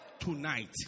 Tonight